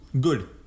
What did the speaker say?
Good